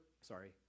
Sorry